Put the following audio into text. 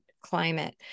climate